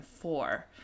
four